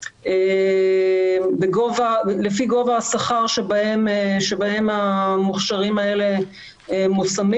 לפי גובה השכר שבהם המוכשרים האלה מושמים,